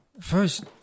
First